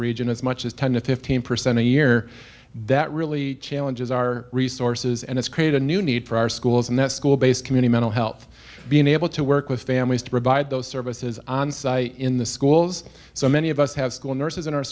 region as much as ten to fifteen percent a year that really challenges our resources and it's create a new need for our schools and that school based community mental health being able to work with families to provide those services onsite in the schools so many of us have school nurses in our